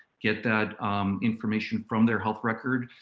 get that information from their health record,